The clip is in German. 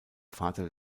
vater